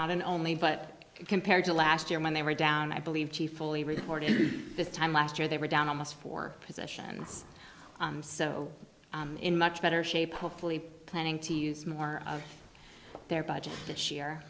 not an only but compared to last year when they were down i believe she fully reported this time last year they were down almost four positions so in much better shape hopefully planning to use more of their budget this year